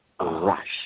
rush